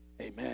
Amen